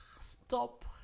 stop